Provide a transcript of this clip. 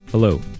Hello